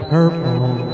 Purple